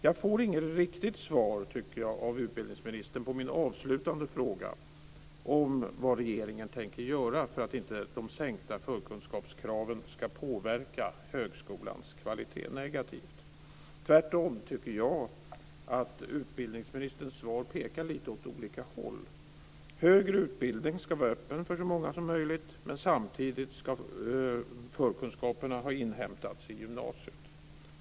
Jag tycker inte att jag får något riktigt svar från utbildningsministern på min avslutande fråga om vad regeringen tänker göra för att de sänkta förkunskapskraven inte ska påverka högskolans kvalitet negativt. Jag tycker att utbildningsministerns svar pekar lite åt olika håll. Högre utbildning ska vara öppen för så många som möjligt, men samtidigt ska förkunskaperna ha inhämtats i gymnasiet.